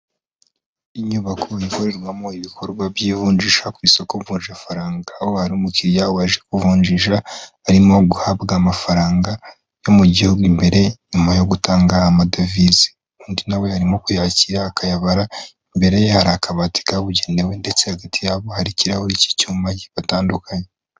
Inyubako ikorerwamo ibikorwa by'ivunjisha ku isoko mvunjafaranga, aho hari umukiriya waje ku kuvunjisha arimo guhabwa amafaranga yo mu gihugu imbere nyuma yo gutanga amadevize, undi nawe arimo kuyakira akayabara, imbere ye hari akabati kabugenewe, ndetse hagati yabo hari ikirahuri cy'icyumba kibatandukanya.